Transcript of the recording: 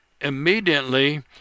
immediately